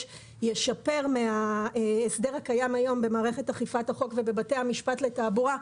ישפר מההסדר הקיים היום במערכת אכיפת החוק ובבתי המשפט לתעבורה,